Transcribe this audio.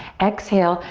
exhale,